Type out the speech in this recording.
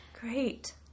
Great